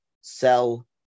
sell